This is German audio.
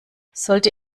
sollte